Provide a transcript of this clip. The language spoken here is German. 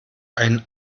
ein